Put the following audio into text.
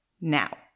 Now